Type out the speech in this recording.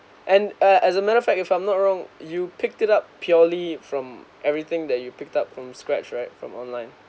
and uh as a matter of fact if I'm not wrong you picked it up purely from everything that you picked up from scratch right from online